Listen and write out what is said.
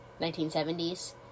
1970s